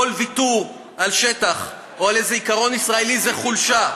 כל ויתור על שטח או על איזה עיקרון ישראלי זה חולשה.